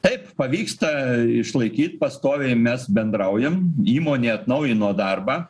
taip pavyksta išlaikyt pastoviai mes bendraujam įmonė atnaujino darbą